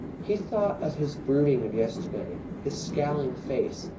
he thought of his brooding of yesterday, his scowling face,